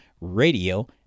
radio